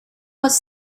was